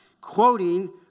quoting